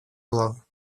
блага